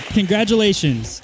congratulations